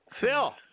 Phil